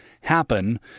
happen